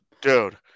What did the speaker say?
Dude